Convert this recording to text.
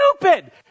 stupid